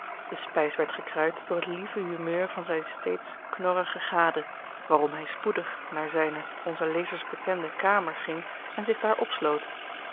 de spijs werd gekruid door het lieve humeur van zijne steeds knorrige gade waarom hij spoedig naar zijne onzen lezers bekende kamer ging en zich daar opsloot